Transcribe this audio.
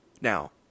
Now